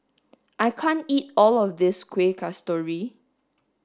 I can't eat all of this Kuih Kasturi